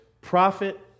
profit